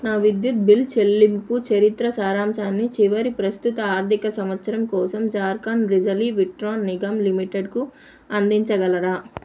నా విద్యుత్ బిల్ చెల్లింపు చరిత్ర సారాంశాన్ని చివరి ప్రస్తుత ఆర్థిక సంవత్సరం కోసం జార్ఖండ్ బిజిలి విట్రాన్ నిగమ్ లిమిటెడ్కు అందించగలరా